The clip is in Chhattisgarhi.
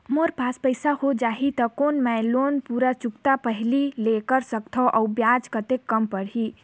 मोर पास पईसा हो जाही त कौन मैं लोन पूरा चुकता पहली ले कर सकथव अउ ब्याज कतेक कम पड़ही?